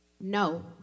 No